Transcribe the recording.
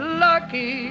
lucky